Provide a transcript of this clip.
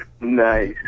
Nice